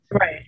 Right